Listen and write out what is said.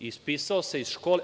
Ispisao se iz škole…